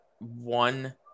one